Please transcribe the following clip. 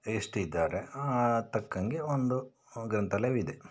ಎಷ್ಟಿದ್ದಾರೆ ಆ ತಕ್ಕಂಗೆ ಒಂದು ಗ್ರಂಥಾಲಯವಿದೆ